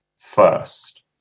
first